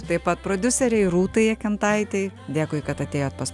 taip pat prodiuseriai rūtai jekentaitei dėkui kad atėjote pas